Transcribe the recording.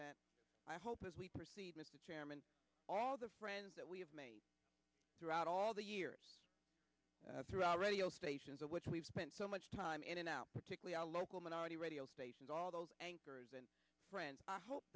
that i hope as we proceed mr chairman all the friends that we have made throughout all the years through our radio stations of which we've spent so much time in and out particularly our local minority radio stations all those anchors and friends i hope